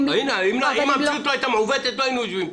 אם המציאות לא הייתה מעוותת לא היינו יושבים פה.